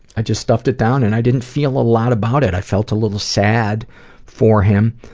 i just stuffed it down and i didn't feel a lot about it. i felt a little sad for him,